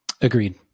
agreed